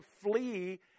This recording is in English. flee